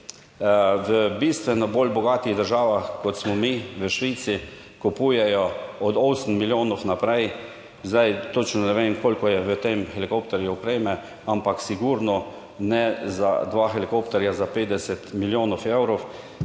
v bistveno bolj bogatih državah kot smo mi, v Švici, kupujejo od osem milijonov naprej, zdaj, točno ne vem koliko je v tem helikopterju opreme, ampak sigurno ne za dva helikopterja za 50 **50.